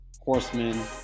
Horsemen